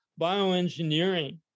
Bioengineering